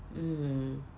mm